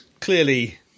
clearly